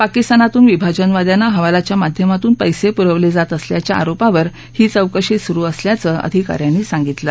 पाकिस्तानातून विभाजन वाद्यांना हवालाच्या माध्यमातून पैसे पुरवले जात असल्याच्या आरोपावर ही चौकशी सुरु असल्याचं अधिका यांनी सांगितलं